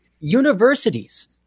universities